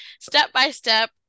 step-by-step